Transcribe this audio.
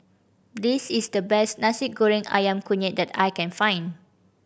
this is the best Nasi Goreng Ayam Kunyit that I can find